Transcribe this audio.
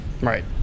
right